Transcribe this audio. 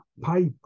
pipe